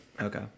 Okay